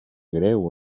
greu